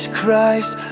Christ